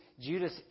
Judas